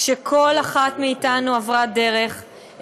כשכל אחת מאתנו עברה דרך,